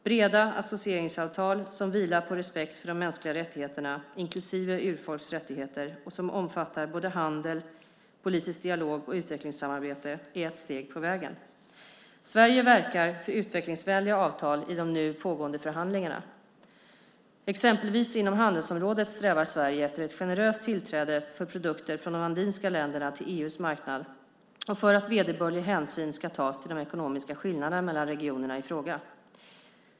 Breda associeringsavtal, som vilar på respekt för de mänskliga rättigheterna, inklusive urfolks rättigheter, och som omfattar handel, politisk dialog och utvecklingssamarbete, är ett steg på vägen. Sverige verkar för utvecklingsvänliga avtal i de nu pågående förhandlingarna. Exempelvis inom handelsområdet strävar Sverige efter ett generöst tillträde för produkter från de andinska länderna till EU:s marknad och för att vederbörlig hänsyn ska tas till de ekonomiska skillnaderna mellan regionerna i fråga.